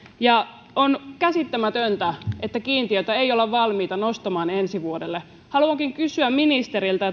ja on käsittämätöntä että kiintiötä ei olla valmiita nostamaan ensi vuodelle haluankin kysyä ministeriltä